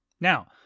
Now